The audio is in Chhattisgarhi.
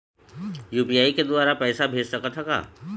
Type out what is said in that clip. यू.पी.आई के द्वारा पैसा भेज सकत ह का?